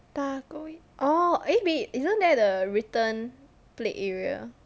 takoya~ orh eh wait isn't that the return plate area ya ya ya correct I think they re-design the area